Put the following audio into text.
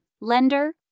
lender